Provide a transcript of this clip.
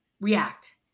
react